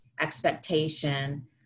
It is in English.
expectation